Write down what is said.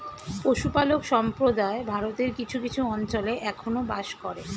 পশুপালক সম্প্রদায় ভারতের কিছু কিছু অঞ্চলে এখনো বাস করে